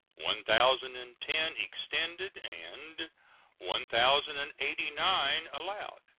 one thousand and ten extended, and one thousand and eighty nine allowed,